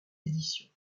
éditions